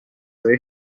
های